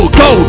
go